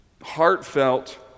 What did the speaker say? heartfelt